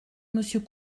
monsieur